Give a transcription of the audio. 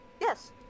Yes